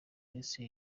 ndetse